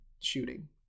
shooting